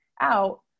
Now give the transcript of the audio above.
out